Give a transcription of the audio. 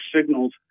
signals